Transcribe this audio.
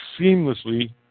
seamlessly